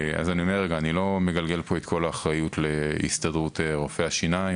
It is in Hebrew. אז אני לא מגלגל פה את כל האחריות להסתדרות רופאי השיניים.